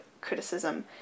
criticism